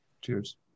Cheers